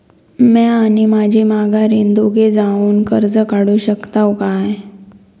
म्या आणि माझी माघारीन दोघे जावून कर्ज काढू शकताव काय?